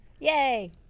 Yay